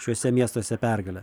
šiuose miestuose pergalę